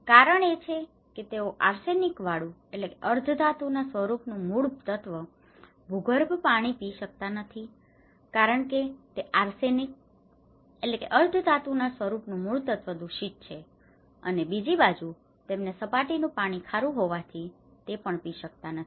કારણ એ છે કે તેઓ આર્સેનિકવાળું arsenic અર્ધધાતુના સ્વરૂપનું મૂળતત્વ ભૂગર્ભ પાણી પી શકતા નથી કારણ કે તે આર્સેનિક arsenic અર્ધધાતુના સ્વરૂપનું મૂળતત્વ દૂષિત છે અને બીજી બાજુ તેમને સપાટીનું પાણી ખારું હોવાથી તે પણ પી શકતા નથી